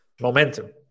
momentum